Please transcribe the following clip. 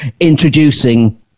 Introducing